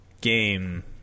game